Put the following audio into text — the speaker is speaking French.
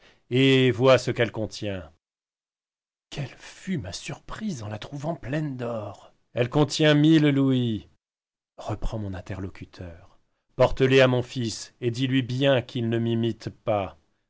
et vois ce qu'elle contient quelle fut ma surprise en la voyant pleine d'or elle contient mille louis reprend mon interlocuteur porte les à mon fils et dis lui bien qu'il ne m'imite pas